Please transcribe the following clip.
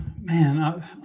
Man